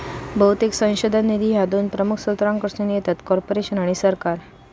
बहुतेक संशोधन निधी ह्या दोन प्रमुख स्त्रोतांकडसून येतत, कॉर्पोरेशन आणि सरकार